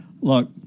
look